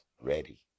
ready